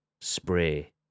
spray